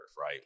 right